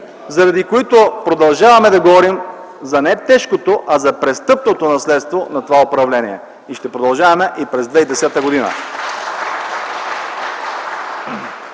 заради които продължаваме да говорим не за тежкото, а за престъпното наследство на това управление. Ще продължаваме и през 2010 г.